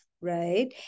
right